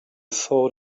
thought